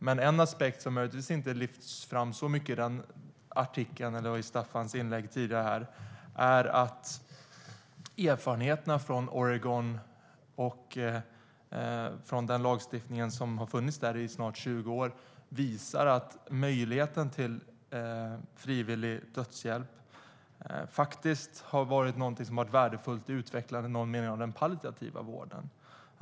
Men en aspekt som möjligtvis inte lyfts fram så mycket i den och i Staffan Danielssons inlägg är att erfarenheterna från Oregon och den lagstiftning som har funnits där i snart 20 år visar att möjligheten till frivillig dödshjälp faktiskt har varit någonting som i någon mening har varit värdefullt i utvecklandet av den palliativa vården.